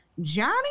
Johnny